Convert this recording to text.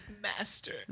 master